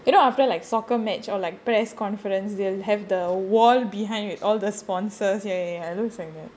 you know after like soccer match or like press conference they'll have the wall behind with all the sponsors ya ya ya it looks like that